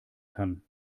kann